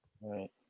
Right